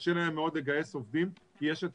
שקשה להם מאוד לגייס עובדים כי יש את